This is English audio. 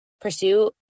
pursue